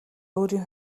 өөрийн